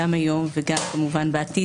גם היום וגם כמובן בעתיד,